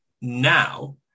Now